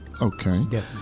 Okay